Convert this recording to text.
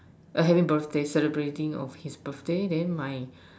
having birthday celebrating his birthday then my